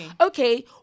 okay